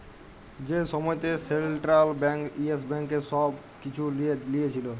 যে সময়তে central bank yes ব্যাংকের ছব কিছু লিঁয়ে লিয়েছিল